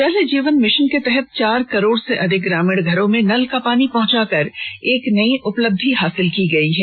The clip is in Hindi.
जल जीवन मिशन के तहत चार करोड़ से अधिक ग्रामीण घरों में नल का पानी पहंचाकर एक नई उपलब्धि हासिल की गई है